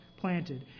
planted